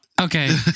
Okay